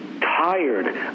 tired